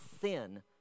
sin